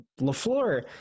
LaFleur